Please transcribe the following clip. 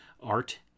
art